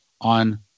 on